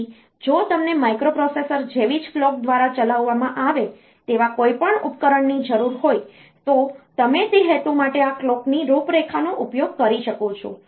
તેથી જો તમને માઇક્રોપ્રોસેસર જેવી જ કલોક દ્વારા ચલાવવામાં આવે તેવા કોઈપણ ઉપકરણની જરૂર હોય તો તમે તે હેતુ માટે આ કલોકની રૂપરેખાનો ઉપયોગ કરી શકો છો